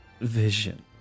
vision